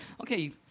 Okay